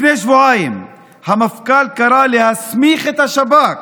לפני שבועיים המפכ"ל קרא להסמיך את השב"כ.